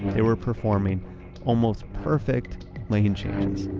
they were performing almost perfect lane changes